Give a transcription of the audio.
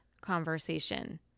conversation